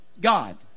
God